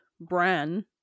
Bran